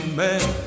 man